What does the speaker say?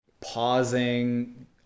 pausing